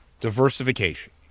Diversification